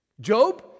Job